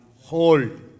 hold